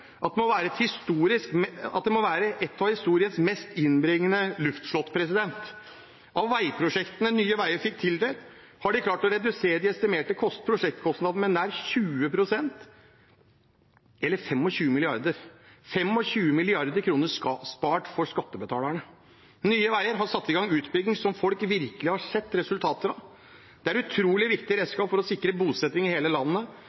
at det må være et av historiens mest innbringende luftslott. Av veiprosjektene Nye Veier fikk tildelt, har de klart å redusere de estimerte prosjektkostnadene med nær 20 pst., eller 25 mrd. kr – 25 mrd. kr spart for skattebetalerne. Nye Veier har satt i gang utbygging som folk virkelig har sett resultater av. Det er et utrolig viktig redskap for å sikre bosetting i hele landet.